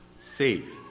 safe